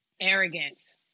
arrogance